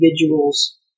individuals